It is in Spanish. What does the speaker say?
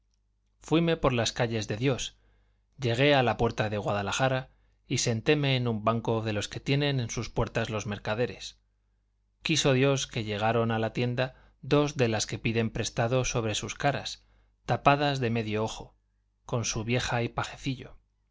caso fuime por las calles de dios llegué a la puerta de guadalajara y sentéme en un banco de los que tienen en sus puertas los mercaderes quiso dios que llegaron a la tienda dos de las que piden prestado sobre sus caras tapadas de medio ojo con su vieja y pajecillo